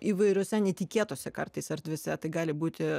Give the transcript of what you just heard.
įvairiose netikėtose kartais erdvėse tai gali būti